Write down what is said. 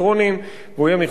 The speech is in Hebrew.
אני לא מתנגד לדבר הזה.